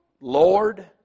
Lord